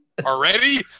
Already